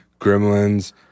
Gremlins